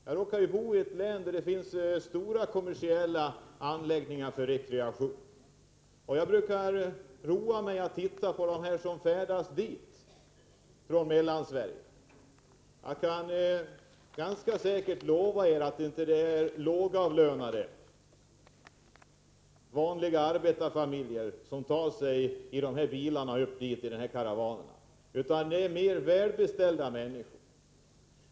Jag råkar bo i ett län där det finns stora kommersiella anläggningar för rekreation, och jag brukar roa mig med att titta på dem som är på väg dit från Mellansverige. Jag vågar ganska säkert säga att det inte är några lågavlönade vanliga arbetarfamiljer som tar sig fram i bilkaravanerna upp till dessa rekreationsområden, utan det är mer välbeställda människor.